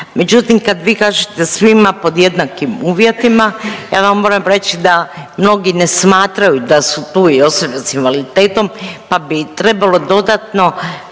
Međutim, kad vi kažete svima pod jednakim uvjetima ja vam moram reći da mnogi ne smatraju da su tu i osobe sa invaliditetom, pa bi trebalo dodatno